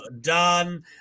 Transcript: done